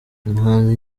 umuhanzi